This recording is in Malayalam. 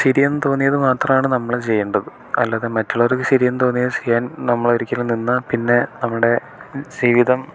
ശരിയെന്നു തോന്നിയതു മാത്രമാണ് നമ്മൾ ചെയ്യേണ്ടത് അല്ലാതെ മറ്റുള്ളവർക്ക് ശരിയെന്ന് തോന്നിയത് ചെയ്യാൻ നമ്മളൊരിക്കലും നിന്നാൽ പിന്നെ നമ്മുടെ ജീവിതം